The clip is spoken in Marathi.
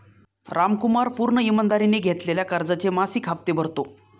रामकुमार पूर्ण ईमानदारीने घेतलेल्या कर्जाचे मासिक हप्ते भरतो